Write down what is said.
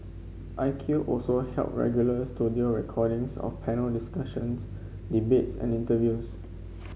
I Q also held regular studio recordings of panel discussions debates and interviews